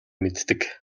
мэддэг